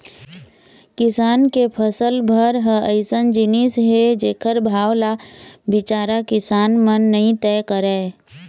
किसान के फसल भर ह अइसन जिनिस हे जेखर भाव ल बिचारा किसान मन नइ तय करय